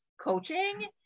coaching